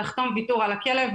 לחתום ויתור על הכלב,